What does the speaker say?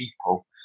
people